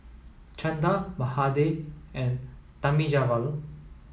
Chanda Mahade and Thamizhavel